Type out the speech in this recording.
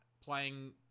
playing